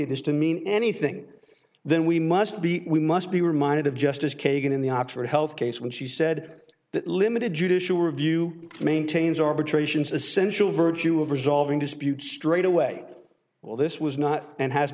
it is to mean anything then we must be we must be reminded of justice kagan in the oxford health case when she said that limited judicial review maintains arbitrations essential virtue of resolving disputes straight away well this was not and has